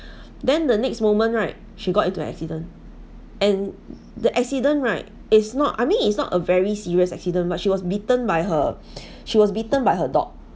then the next moment right she got into an accident and the accident right it's not I mean it's not a very serious accident but she was bitten by her she was bitten by her dog